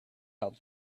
held